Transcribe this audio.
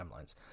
timelines